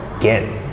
get